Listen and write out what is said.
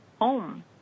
home